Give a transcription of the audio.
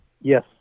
Yes